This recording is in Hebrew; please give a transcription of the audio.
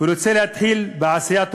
ורוצה להתחיל בעשייה טובה,